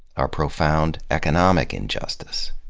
our profound economic injustice,